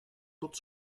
tot